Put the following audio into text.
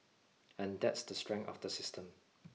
and that's the strength of the system